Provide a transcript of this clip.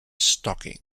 stocking